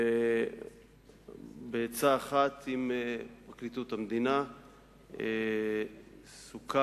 בעצה אחת עם פרקליטות המדינה סוכם,